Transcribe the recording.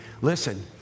Listen